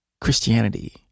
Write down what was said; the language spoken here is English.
Christianity